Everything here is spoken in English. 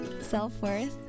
Self-worth